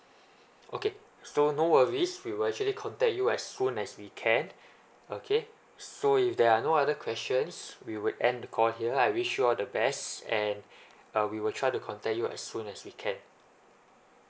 okay so no worries we will actually contact you as soon as we can okay so if there are no other questions we would end the call here I wish you the best and uh we will try to contact you as soon as we can